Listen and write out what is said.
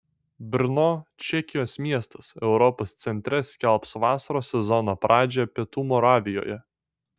brno čekijos miestas europos centre skelbs vasaros sezono pradžią pietų moravijoje